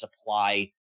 supply